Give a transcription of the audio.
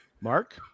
mark